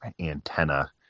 antenna